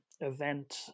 event